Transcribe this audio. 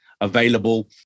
available